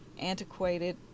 antiquated